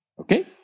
okay